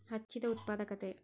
ಹೆಚ್ಚಿದ ಉತ್ಪಾದಕತೆ